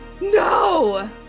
No